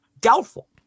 Doubtful